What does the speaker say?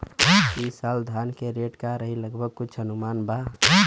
ई साल धान के रेट का रही लगभग कुछ अनुमान बा?